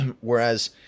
Whereas